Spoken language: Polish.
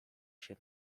się